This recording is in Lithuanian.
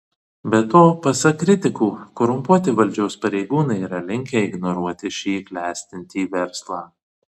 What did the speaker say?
be to pasak kritikų korumpuoti valdžios pareigūnai yra linkę ignoruoti šį klestintį verslą